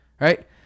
Right